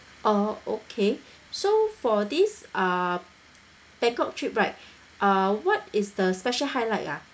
orh okay so for this uh bangkok trip right uh what is the special highlight ya